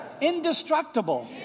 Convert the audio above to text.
indestructible